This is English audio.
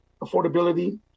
affordability